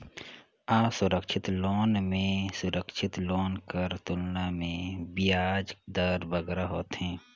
असुरक्छित लोन में सुरक्छित लोन कर तुलना में बियाज दर बगरा होथे